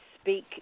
speak